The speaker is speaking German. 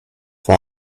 war